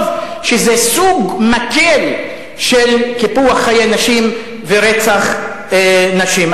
שזה סוג מקל של קיפוח חיי נשים ורצח נשים.